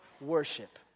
worship